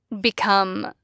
become